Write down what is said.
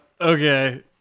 Okay